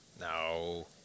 No